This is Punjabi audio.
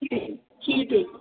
ਠੀਕ ਹੈ ਜੀ ਠੀਕ ਹੈ